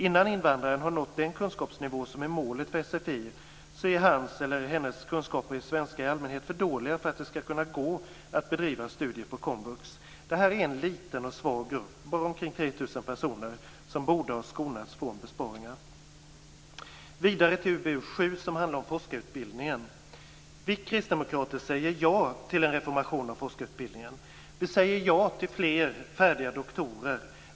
Innan invandraren har nått den kunskapsnivå som är målet för sfi är hans eller hennes kunskaper i svenska i allmänhet för dåliga för att det skall gå att bedriva studier på komvux. Det här är en liten och svag grupp, bara omkring 3 000 personer, som borde ha skonats från besparingar. Låt mig så gå vidare till UbU7 som handlar om forskarutbildningen. Vi kristdemokrater säger ja till en reformering av forskarutbildningen. Vi säger ja till fler färdiga doktorer.